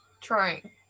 trying